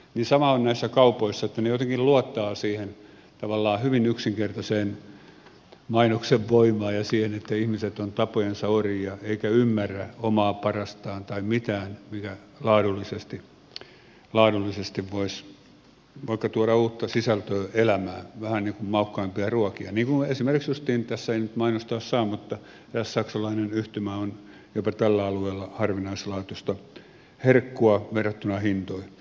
sama on näissä kaupoissa että ne jotenkin luottavat siihen tavallaan hyvin yksinkertaiseen mainoksen voimaan ja siihen että ihmiset ovat tapojensa orjia eivätkä ymmärrä omaa parastaan tai mitään mikä laadullisesti voisi vaikka tuoda uutta sisältöä elämään vähän niin kuin maukkaampia ruokia niin kuin esimerkiksi justiin tässä ei nyt mainostaa saa eräs saksalainen yhtymä on jopa tällä alueella harvinaislaatuista herkkua verrattuna hintoihin